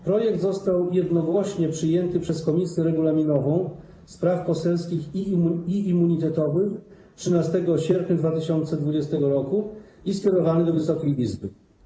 Projekt ten został jednogłośnie przyjęty przez Komisję Regulaminową, Spraw Poselskich i Immunitetowych w dniu 13 sierpnia 2020 r. i skierowany do Wysokiej Izby.